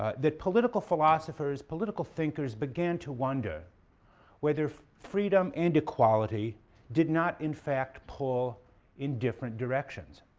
ah that political philosophers, political thinkers began to wonder whether freedom and equality did not in fact pull in different directions.